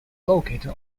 located